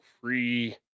free